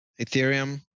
Ethereum